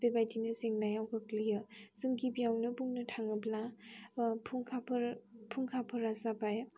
बेबायदिनो जेंनायाव गोग्लैयो जों गिबियावनो बुंनो थाङोब्ला फुंखाफोर फुंखाफोरा जाबाय